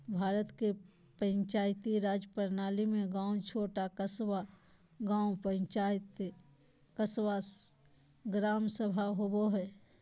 भारत के पंचायती राज प्रणाली में गाँव छोटा क़स्बा, ग्राम पंचायत, ग्राम सभा होवो हइ